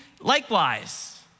Likewise